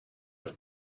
have